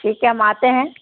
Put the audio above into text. ٹھیک ہے ہم آتے ہیں